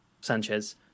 Sanchez